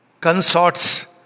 consorts